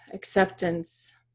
Acceptance